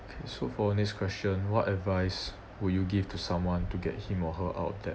okay so for next question what advice would you give to someone to get him or her out debt